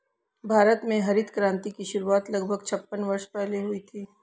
भारत में हरित क्रांति की शुरुआत लगभग छप्पन वर्ष पहले हुई थी